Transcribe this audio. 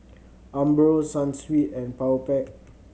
Umbro Sunsweet and Powerpac